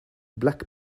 black